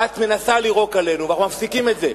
ואת מנסה לירוק עלינו, ואנחנו מפסיקים את זה.